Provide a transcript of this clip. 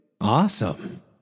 Awesome